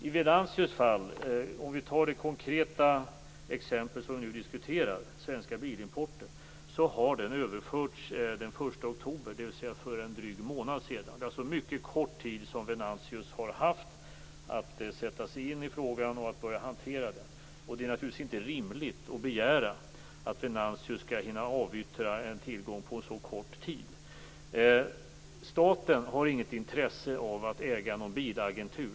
Svenska Bilimporten - det konkreta fall som vi nu diskuterar - överfördes den 1 oktober, dvs. för en dryg månad sedan. Det är alltså mycket kort tid som Venantius har haft på sig för att sätta sig in i frågan och börja hantera den. Det är naturligtvis inte rimligt att begära att Venantius skall hinna avyttra en tillgång på en så kort tid. Staten har inget intresse av att äga någon bilagentur.